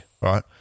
right